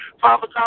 Father